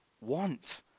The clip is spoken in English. want